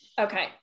Okay